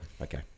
Okay